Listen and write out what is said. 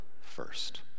first